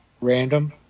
random